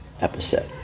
episode